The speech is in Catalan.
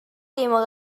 témer